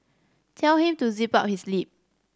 tell him to zip up his lip